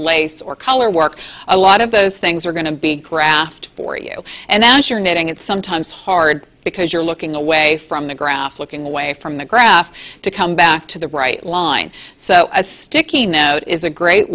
lace or color work a lot of those things are going to be graft for you and then sure knitting it's sometimes hard because you're looking away from the graph looking away from the graph to come back to the right line so a sticky note is a great